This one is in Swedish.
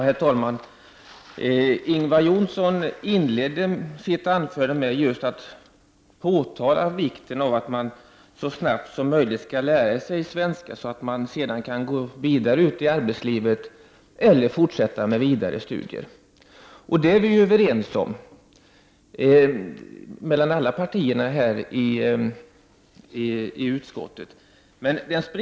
Herr talman! Ingvar Johnsson inledde sitt anförande med att framhålla vikten av att man så snart som möjligt skall lära sig svenska för att man sedan skall kunna gå vidare ut i arbetslivet eller till fortsatta studier. Det är vi inom alla partier i utskottet överens om.